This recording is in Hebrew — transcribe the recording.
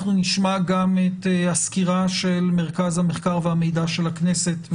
אנחנו גם נשמע את הסקירה של מחקר המרכז והמידע של הכנסת,